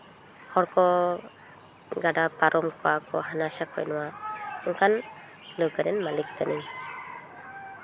ᱛᱟᱨᱯᱚᱨ ᱜᱟᱰᱟ ᱯᱟᱨᱚᱢ ᱠᱚᱜᱼᱟ ᱠᱚ ᱦᱟᱱᱟᱥᱟ ᱠᱚ ᱱᱚᱣᱟ ᱚᱱᱠᱟᱱ ᱞᱟᱹᱣᱠᱟᱹ ᱨᱮᱱ ᱢᱟᱹᱞᱤᱠ ᱠᱟᱹᱱᱟᱹᱧ